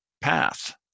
path